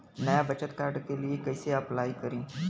नया बचत कार्ड के लिए कइसे अपलाई करी?